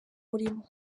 mirimo